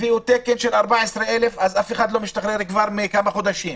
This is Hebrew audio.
הביאו תקן של 14,000 ואף אחד לא משתחרר כבר כמה חודשים.